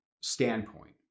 standpoint